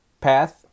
path